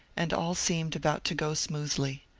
and all seemed about to go smoothly.